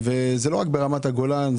זה לא רק ברמת הגולן.